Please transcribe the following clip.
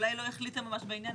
אולי לא החליטה ממש בעניין,